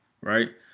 right